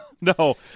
No